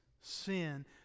sin